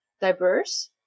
diverse